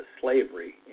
slavery